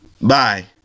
Bye